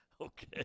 Okay